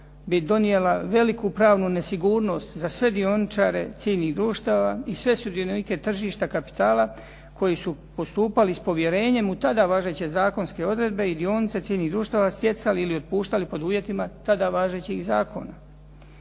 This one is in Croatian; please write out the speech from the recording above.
bi donijela veliku pravnu nesigurnost za sve dioničare ciljnih društava i sve sudionike tržišta kapitala, koji su postupali s povjerenjem u tada važeće zakonske odredbe i dionice ciljnih društava, stjecali ili otpuštali pod uvjetima tada važećih zakona.